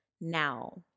now